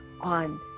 on